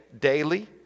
daily